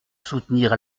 soutenir